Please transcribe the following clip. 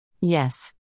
Yes